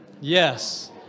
Yes